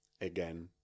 again